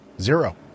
Zero